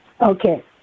okay